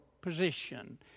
position